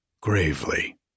gravely